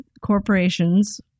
corporations